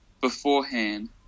beforehand